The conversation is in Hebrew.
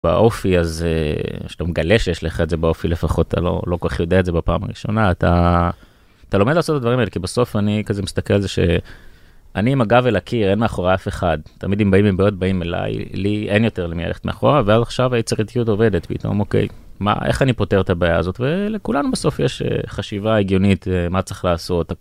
באופי אז א.. כשאתה מגלה שיש לך את זה באופי לפחות, אתה לא, לא כל כך יודע את זה בפעם הראשונה. אתה, אתה לומד לעשות את הדברים האלה כי בסוף אני כזה מסתכל על זה שאני עם הגב אל הקיר, אין מאחוריי אף אחד. תמיד אם באים עם בעיות באים אליי, לי אין יותר למי ללכת מאחורה ועד עכשיו היצירתיות עובדת, פתאום אוקיי. מה, איך אני פותר את הבעיה הזאת? ולכולנו בסוף יש חשיבה הגיונית מה צריך לעשות.